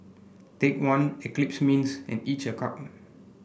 Take One Eclipse Mints and each a cup